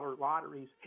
lotteries